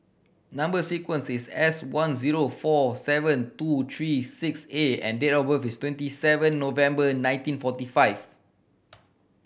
number sequence is S one zero four seven two three six A and date of birth is twenty seven November nineteen forty five